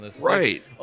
Right